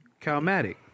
Calmatic